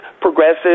progressive